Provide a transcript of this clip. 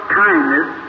kindness